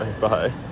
Bye